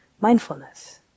mindfulness